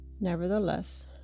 nevertheless